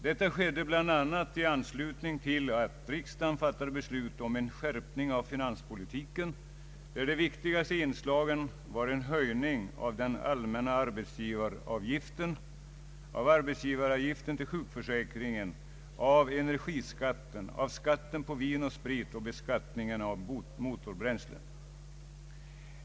Det skedde bl.a. i samband med att riksdagen fattade beslut om en skärpning av finanspolitiken, där de viktigaste inslagen var en höjning av den allmänna arbetsgivaravgiften, av arbetsgivaravgiften till sjukförsäkringen, av energiskatten, av skatten på vin och sprit samt av beskattningen på motorbränsle.